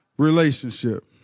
relationship